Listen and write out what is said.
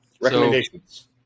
recommendations